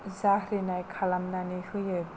जारिनाय खालामनानै होयो